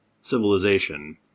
civilization